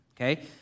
okay